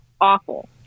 Awful